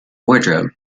wardrobe